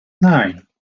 nine